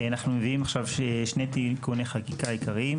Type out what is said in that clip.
אנחנו מביאים עכשיו שני תיקוני חקיקה עיקריים.